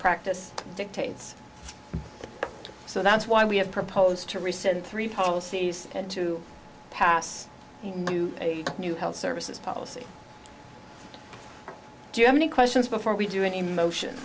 practice dictates so that's why we have proposed to rescind three policies and to pass a new health services policy do you have any questions before we do any motion